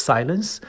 Silence